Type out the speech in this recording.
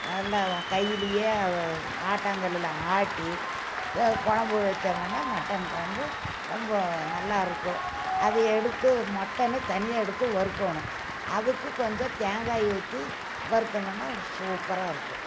நல்லா கையிலையே ஆட்டாங்கல்லில் ஆட்டி குழம்பு வச்சோம்னால் மட்டன் குழம்பு ரொம்ப நல்லா இருக்கும் அது எடுத்து மட்டனு தனியாக எடுத்து வறுக்கணும் அதுக்கு கொஞ்சம் தேங்காய் ஊற்றி வறுத்தோம்னால் சூப்பராக இருக்கும்